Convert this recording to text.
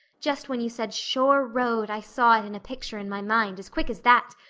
just when you said shore road i saw it in a picture in my mind, as quick as that!